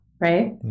right